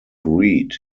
reed